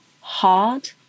hard